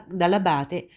dall'abate